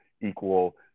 equal